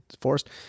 forest